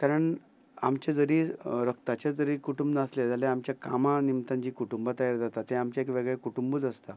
कारण आमचे जरी रक्ताचे जरी कुटुंब नासलें जाल्यार आमच्या कामा निमतान जी कुटुंबा तयार जाता तें आमचें वेगळें कुटुंबच आसता